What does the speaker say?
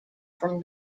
from